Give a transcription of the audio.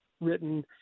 written